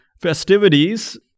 festivities